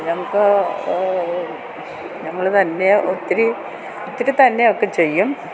ഞങ്ങൾക്ക് ഞങ്ങൾ വലിയ ഒത്തിരി ഒത്തിരി തന്നെ ഒക്കെ ചെയ്യും